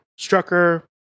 Strucker